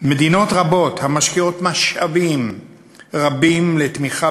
מדינות רבות המשקיעות משאבים רבים בתמיכה